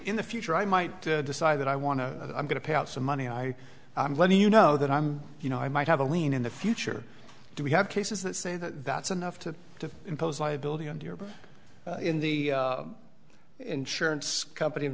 in the future i might decide that i want to i'm going to pay out some money i let you know that i'm you know i might have a lien in the future do we have cases that say that that's enough to impose liability and you're in the insurance company of